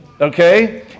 okay